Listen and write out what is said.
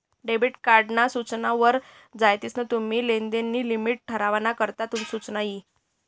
debit card ना सूचना वर जायीसन तुम्ही लेनदेन नी लिमिट ठरावाना करता सुचना यी